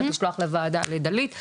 לשלוח לוועדה לדלית.